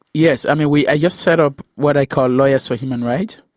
yes, i mean we, i just set up what i call lawyers for human rights,